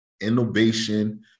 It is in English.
innovation